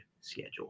schedule